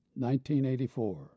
1984